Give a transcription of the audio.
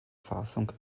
fassung